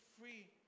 free